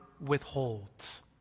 withholds